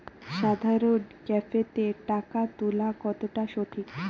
সাধারণ ক্যাফেতে টাকা তুলা কতটা সঠিক?